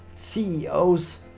CEOs